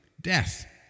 death